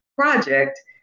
project